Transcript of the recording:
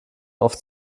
oft